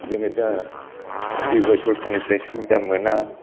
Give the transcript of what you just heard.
जोङो दा जेबो सरकारनिफ्राय सुबिदा मोना